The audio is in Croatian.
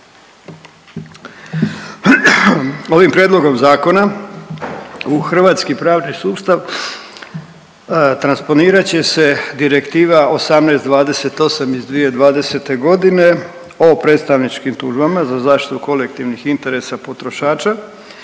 Ovim prijedlogom zakona u hrvatski pravni sustav transponirat će se Direktiva 1828 iz 2020.g. o predstavničkim tužbama za zaštitu kolektivnih interesa potrošača